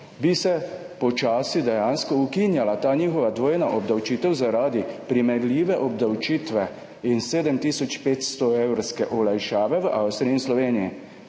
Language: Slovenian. bi se počasi dejansko ukinjala ta njihova dvojna obdavčitev zaradi primerljive obdavčitve in 7500 evrske olajšave v Avstriji in Sloveniji.